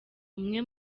umwe